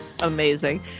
Amazing